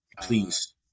Please